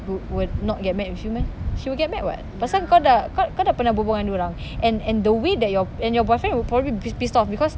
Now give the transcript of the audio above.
would would not get mad with you meh he will get mad [what] pasal kau dah kau dah pernah berbual dengan dorang and and the way that your and your boyfriend will probably be pissed off because